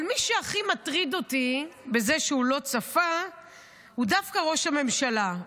אבל מי שהכי מטריד אותי בזה שהוא לא צפה הוא דווקא ראש הממשלה.